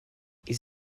ils